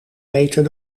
meter